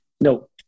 no